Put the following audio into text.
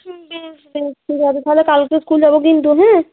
বেশ বেশ ঠিক আছে তাহলে কালকে স্কুল যাবো কিন্তু হ্যাঁ